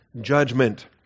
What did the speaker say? judgment